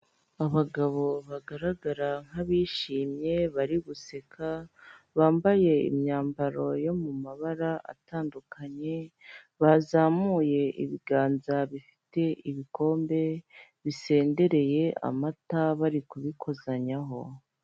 Abagabo bagaragara nk'abishimye, bari guseka, bambaye imyambaro yo mu mabara atandukanye, bazamuye ibiganza bifite ibikombe bisendereye amata, bari kubikozanyaho.